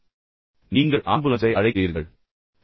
எனவே நீங்கள் ஆம்புலன்ஸை அழைக்க விரும்புகிறீர்கள்